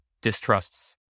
distrusts